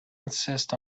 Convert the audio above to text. insist